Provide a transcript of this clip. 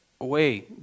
away